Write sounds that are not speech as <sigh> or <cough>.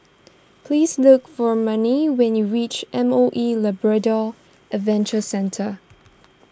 please look for Manie when you reach M O E Labrador Adventure Centre <noise>